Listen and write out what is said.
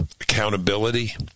accountability